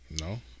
No